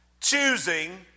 Choosing